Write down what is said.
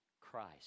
Christ